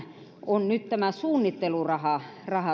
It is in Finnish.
on nyt tämä suunnitteluraha